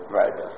right